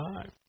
time